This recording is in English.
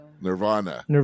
Nirvana